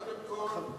קודם כול,